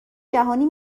جهانی